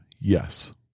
Yes